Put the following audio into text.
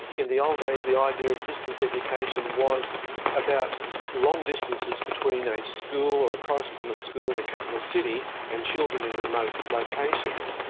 in the old days, the idea of distance education was about long distances between a school, or a correspondence school, in a capital city and children in remote locations.